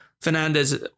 Fernandez